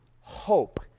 hope